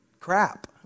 crap